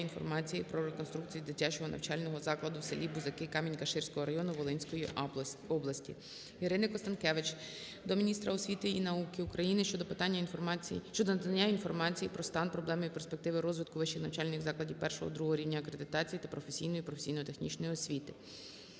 інформації про реконструкцію дитячого навчального закладу в селі Бузаки Камінь-Каширського району Волинської області. Ірини Констанкевич до міністра освіти і науки України щодо надання інформації про стан, проблеми і перспективи розвитку Вищих навчальних закладів І-ІІ рівнів акредитації та професійної (професійно-технічної) освіти.